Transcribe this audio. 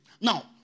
Now